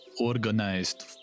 organized